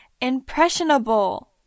impressionable